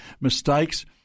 Mistakes